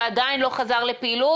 ועדיין לא חזר לפעילות,